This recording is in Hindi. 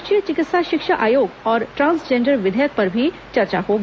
राष्ट्रीय चिकित्सा शिक्षा आयोग और ट्रांसजेंडर विधेयक पर भी चर्चा होगी